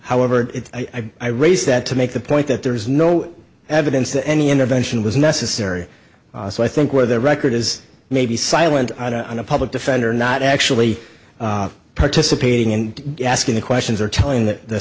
however i i raise that to make the point that there is no evidence that any intervention was necessary so i think where the record is maybe silent on a public defender not actually participating and asking the questions or telling th